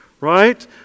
right